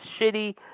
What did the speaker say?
shitty